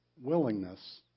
willingness